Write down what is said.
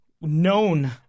known